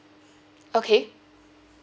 okay